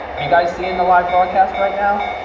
are you guys seeing the live broadcast right now?